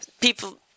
People